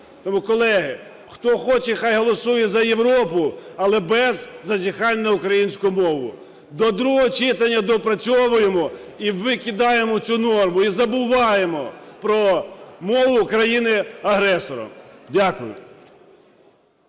Тому, колеги, хто хоче, хай голосує за Європу, але без зазіхань на українську мову. До другого читання доопрацьовуємо і викидаємо цю норму, і забуваємо про мову країни-агресора. Дякую.